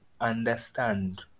understand